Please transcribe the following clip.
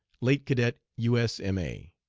late cadet u s m a.